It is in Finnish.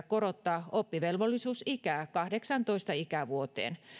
korottaa oppivelvollisuusikää kahdeksaantoista ikävuoteen